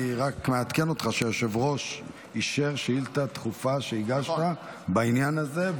אני רק מעדכן אותך שהיושב-ראש אישר שאילתה דחופה שהגשת בעניין הזה,